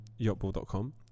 yachtball.com